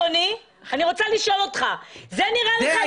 אני רוצה לשאול אותך, זה נראה לך הגיוני?